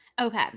Okay